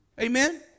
Amen